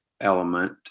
element